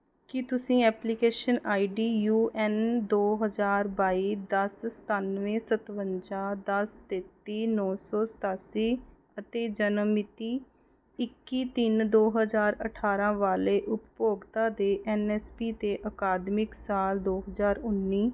ਕੀ ਤੁਸੀਂ application I D U N ਦੋ ਹਜ਼ਾਰ ਬਾਈ ਦਸ ਸਤਾਨਵੇਂ ਸਤਵੰਜਾ ਦਸ ਤੇਤੀ ਨੌ ਸੌ ਸਤਾਸੀ ਅਤੇ ਜਨਮ ਮਿਤੀ ਇੱਕੀ ਤਿੰਨ ਦੋ ਹਜ਼ਾਰ ਅਠਾਰ੍ਹਾਂ ਵਾਲੇ ਉਪਭੋਗਤਾ ਦੇ ਐੱਨ ਐੱਸ ਪੀ 'ਤੇ ਅਕਾਦਮਿਕ ਸਾਲ ਦੋ ਹਜ਼ਾਰ ਉੱਨੀ